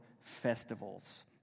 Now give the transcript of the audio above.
festivals